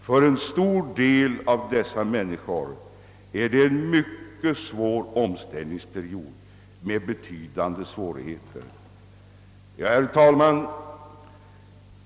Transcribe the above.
För en stor del av dessa människor innebär omställningsperioden betydande svårigheter. Herr talman!